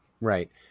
right